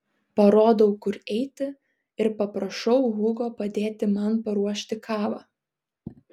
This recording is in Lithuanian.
parodau kur eiti ir paprašau hugo padėti man paruošti kavą